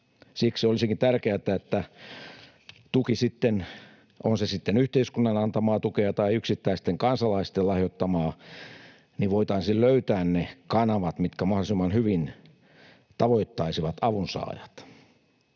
Siksi olisikin tärkeätä, että tuelle, on se sitten yhteiskunnan antamaa tukea tai yksittäisten kansalaisten lahjoittamaa, voitaisiin löytää ne kanavat, mitkä mahdollisimman hyvin tavoittaisivat avunsaajat.